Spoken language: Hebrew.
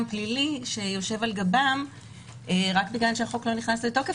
פלילי שיושב על גבם רק בגלל שהחוק לא נכנס לתוקף,